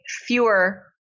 fewer